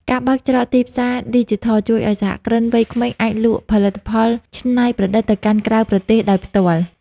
ការបើកច្រកទីផ្សារឌីជីថលជួយឱ្យសហគ្រិនវ័យក្មេងអាចលក់ផលិតផលច្នៃប្រឌិតទៅកាន់ក្រៅប្រទេសដោយផ្ទាល់។